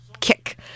kick